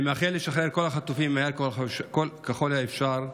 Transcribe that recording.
אני מייחל לשחרור כל החטופים מהר ככל האפשר.